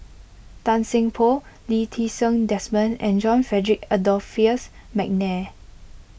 Tan Seng Poh Lee Ti Seng Desmond and John Frederick Adolphus McNair